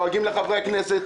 לועגים לחברי הכנסת.